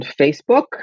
Facebook